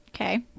okay